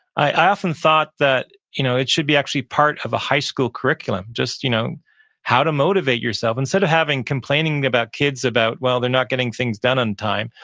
i often thought that you know, it should be actually part of a high school curriculum just you know how to motivate yourself instead of having complaining about kids about they're not getting things done on time,